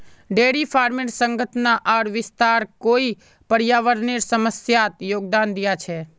dairy फार्मेर सघनता आर विस्तार कई पर्यावरनेर समस्यात योगदान दिया छे